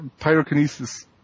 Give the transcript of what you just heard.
Pyrokinesis